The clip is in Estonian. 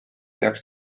peaks